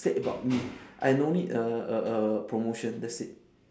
said about me I no need err err err promotion that's it